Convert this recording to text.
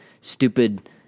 stupid